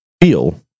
feel